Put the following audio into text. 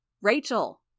Rachel